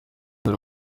hano